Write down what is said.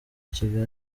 kigali